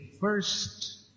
first